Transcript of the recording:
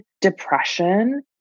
depression